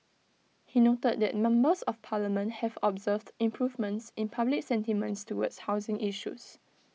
he noted that members of parliament have observed improvements in public sentiments towards housing issues